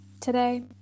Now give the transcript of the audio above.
today